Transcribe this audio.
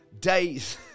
days